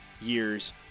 year's